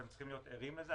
אתם צריכים להיות ערים לזה,